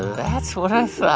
that's what i thought.